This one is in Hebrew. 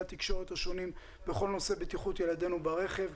התקשורת השונים בכל נושא בטיחות ילדינו ברכב,